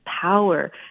power